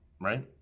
right